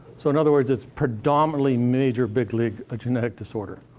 so in other words, it's predominantly, major big league a genetic disorder.